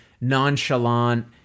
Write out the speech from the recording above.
nonchalant